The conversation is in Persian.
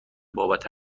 بابت